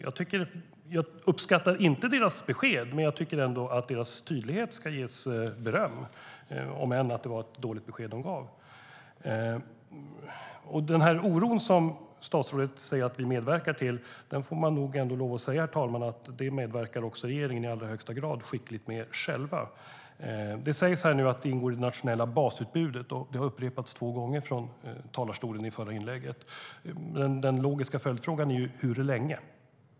Jag uppskattar inte deras besked, men jag tycker att deras tydlighet ska ges beröm. Den oro som statsrådet säger att vi medverkar till får man ändå lov att säga att också regeringen i högsta grad själv medverkar till. Det sägs här att Bromma ingår i det nationella basutbudet. Det upprepades två gånger från talarstolen i det förra inlägget. Den logiska följdfrågan är: Hur länge?